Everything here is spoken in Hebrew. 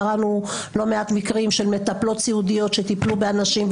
קראנו על לא מעט מקרים של מטפלות סיעודיות שטיפלו באנשים,